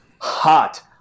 hot